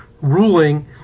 ruling